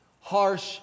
harsh